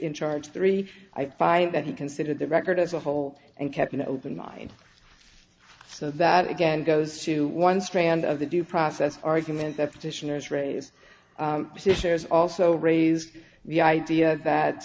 in charge three i find that he considered the record as a whole and kept an open mind so that again goes to one strand of the due process argument that petitioners raise this is also raised the idea that